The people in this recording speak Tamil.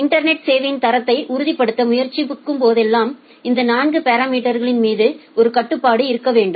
இன்டர்நெட் சேவையின் தரத்தை உறுதிப்படுத்த முயற்சிக்கும்போதெல்லாம் இந்த 4 பாரா மீட்டர்களின் மீது ஒரு கட்டுப்பாடு இருக்க வேண்டும்